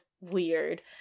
weird